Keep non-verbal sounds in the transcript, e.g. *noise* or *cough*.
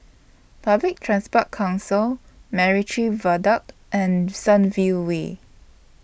Public Transport Council Macritchie Viaduct *noise* and Sunview Way